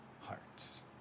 hearts